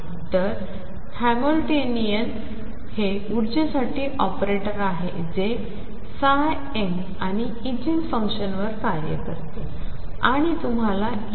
तर हॅमिल्टोनियन हे ऊर्जेसाठी ऑपरेटर आहे जे n आणि ईगीन फंक्शनवर कार्य करते आणि तुम्हाला En